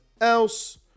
else